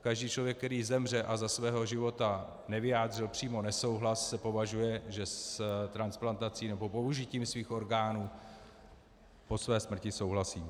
Každý člověk, který zemře a za svého života nevyjádřil přímo nesouhlas, se považuje, že s transplantací nebo s použitím svých orgánů po své smrti souhlasí.